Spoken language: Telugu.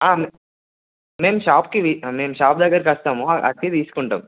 మేము షాప్కి మేము షాప్ దగ్గరికి వస్తాము వచ్చి తీసుకుంటాము